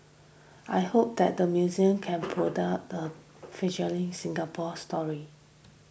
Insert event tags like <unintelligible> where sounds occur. I hope that the museum can product the <unintelligible> Singapore story